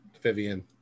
Vivian